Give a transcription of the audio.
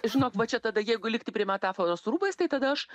žinok va čia tada jeigu likti prie metaforos rūbais tai tada aš